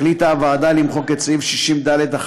החליטה הוועדה למחוק את סעיף 60(ד11)